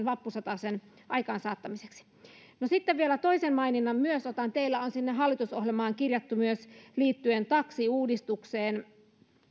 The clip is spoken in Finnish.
vappusatasen aikaansaattamiseksi no sitten vielä toisen maininnan otan teillä on sinne hallitusohjelmaan kirjattu myös liittyen taksiuudistukseen